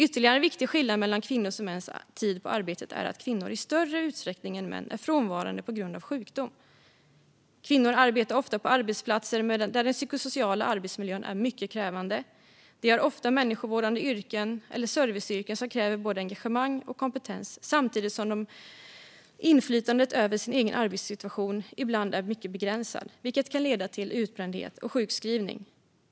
Ytterligare en viktig skillnad mellan kvinnors och mäns tid på arbetet är att kvinnor i större utsträckning än män är frånvarande på grund av sjukdom. Kvinnor arbetar ofta på arbetsplatser där den psykosociala arbetsmiljön är mycket krävande. De har ofta människovårdande yrken eller serviceyrken som kräver både engagemang och kompetens samtidigt som inflytandet över den egna arbetssituationen ibland är mycket begränsat, vilket kan leda till utbrändhet och sjukskrivning.